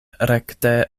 rekte